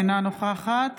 אינה נוכחת